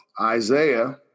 Isaiah